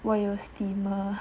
我有 steamer